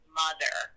mother